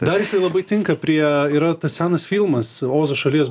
dar jisai labai tinka prie yra tas senas filmas ozo šalies